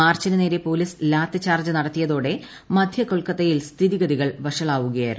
മാർച്ചിന് നേരെ പൊലീസ് ലാത്തിച്ചാർജ്ജ് നടത്തിയതോടെ മധ്യകൊൽക്കത്തയിൽ സ്ഥിതിഗതികൾ വഷളായിരുന്നു